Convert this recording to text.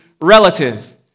relative